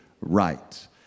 right